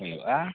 ᱦᱩᱭᱩᱜᱼᱟ